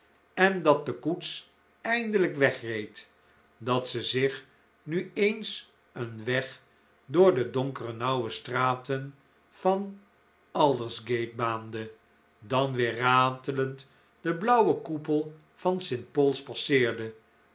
en dat de koets eindelijk wegreed dat ze zich nu eens een weg door de donkere nauwe straten van aldersgate baande dan weer ratelend den blauwen koepel van st paul's passeerde